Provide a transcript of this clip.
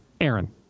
Aaron